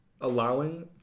allowing